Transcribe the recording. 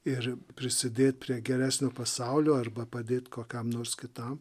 ir prisidėt prie geresnio pasaulio arba padėt kokiam nors kitam